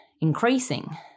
increasing